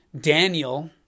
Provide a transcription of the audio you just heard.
Daniel